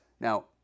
Now